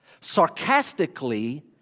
sarcastically